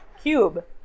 Cube